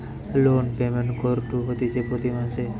loan payment কুরঢ হতিছে প্রতি মাসে